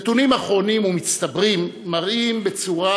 נתונים אחרונים ומצטברים מראים בצורה